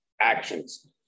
actions